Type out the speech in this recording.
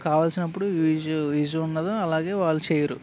కావాల్సినప్పుడు యూజ్ ఉండదు అలాగే వాళ్ళు చేయరు